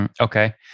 Okay